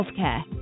healthcare